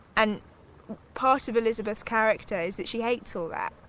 and part of elizabeth's character is that she hates all that,